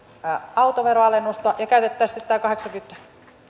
autoveroalennusta ja käytettäisiin sitten tämä kahdeksankymmentä